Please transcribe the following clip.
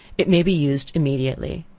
it maybe used immediately.